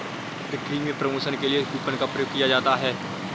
बिक्री में प्रमोशन के लिए कूपन का प्रयोग किया जाता है